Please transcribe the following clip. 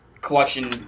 collection